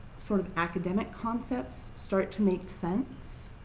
sort of academic concepts, start to make sense,